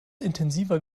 intensiver